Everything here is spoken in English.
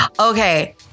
Okay